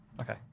Okay